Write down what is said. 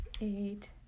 Eight